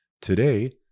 Today